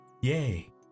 Yay